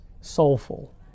soulful